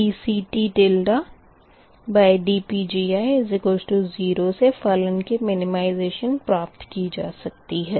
dCTdPgi0 से फलन की मिनिमैज़ेशन प्राप्त की जा सकती है